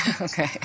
okay